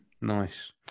nice